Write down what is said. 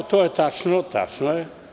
To je tačno, tačno je.